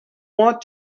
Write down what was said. want